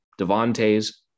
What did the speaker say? Devontae's